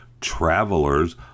travelers